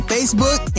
Facebook